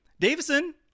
Davison